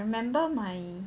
I remember my